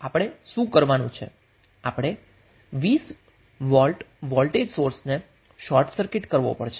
આપણે 20 volt voltage સોર્સને short circuit કરવો પડશે